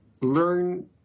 learn